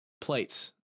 plates